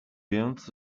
więc